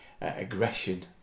aggression